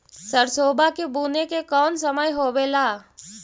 सरसोबा के बुने के कौन समय होबे ला?